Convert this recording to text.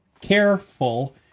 careful